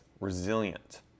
resilient